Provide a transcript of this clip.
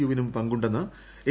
യുവിനും പങ്കുണ്ടെന്ന് എ